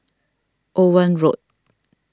Owen Road